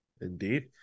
Indeed